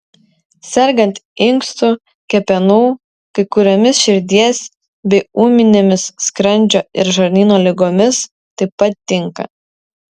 sergant inkstų kepenų kai kuriomis širdies bei ūminėmis skrandžio ir žarnyno ligomis taip pat tinka